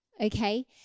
Okay